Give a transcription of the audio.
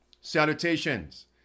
salutations